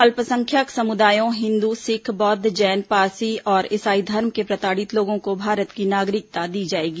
अल्पसंख्यक समुदायों हिन्दू सिख बौद्ध जैन पारसी और ईसाई धर्म के प्रताड़ित लोगों को भारत की नागरिकता दी जाएगी